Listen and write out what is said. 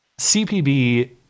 CPB